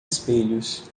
espelhos